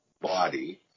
body